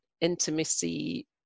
intimacy